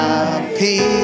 Happy